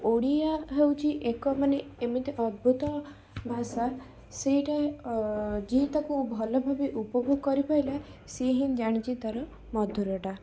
ଓଡ଼ିଆ ହେଉଛି ଏକ ମାନେ ଏମିତି ଅଦ୍ଭୁତ ଭାଷା ସେଇଟା ଯିଏ ତାକୁ ଭଲଭାବେ ଉପଭୋଗ କରିପାଇଲା ସିଏ ହିଁ ଜାଣିଛି ତାର ମଧୁରଟା